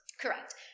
Correct